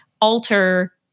alter